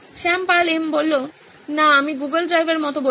শ্যাম পাল এম না আমি গুগল ড্রাইভের মতো বলছি